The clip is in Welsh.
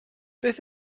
beth